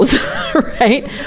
right